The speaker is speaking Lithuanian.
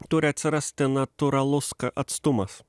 turi atsirasti natūralus atstumas